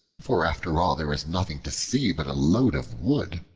for after all there is nothing to see but a load of wood.